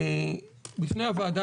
בפני הוועדה,